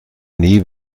nie